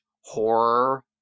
horror